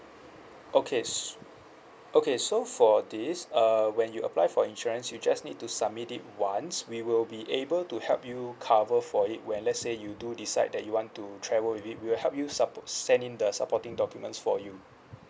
okay s~ okay so for this uh when you apply for insurance you just need to submit it once we will be able to help you cover for it when let's say you do decide that you want to travel with it we will help you sup~ send in the supporting documents for you